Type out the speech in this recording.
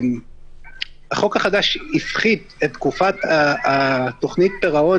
החוק החדש הפחית את תקופת תוכנית הפירעון